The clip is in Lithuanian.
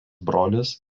brolis